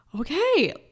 Okay